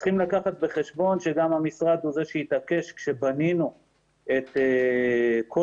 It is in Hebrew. צריך לקחת בחשבון שהמשרד הוא זה שהתעקש עת בנינו את כל